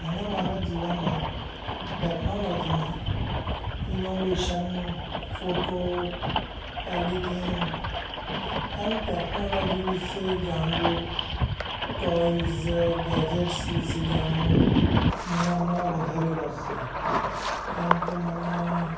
મને મારા જીવનમાં ટેક્નોલૉજીમાં innovation photo editing and technology વિશે જાણવું ટોઈઝ ગેજેટ્સ વિશે જાણવું મને આમાં વધારે રસ છે કેમ કે મને